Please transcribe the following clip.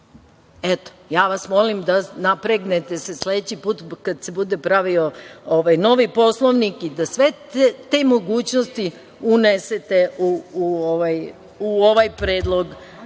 dođe? Eto, ja vas molim da se napregnete sledeći put kada se bude pravio novi poslovnik i da sve te mogućnosti unesete u ovoj Predlog